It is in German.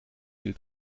viel